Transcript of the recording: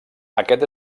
aquest